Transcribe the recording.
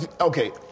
Okay